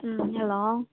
hello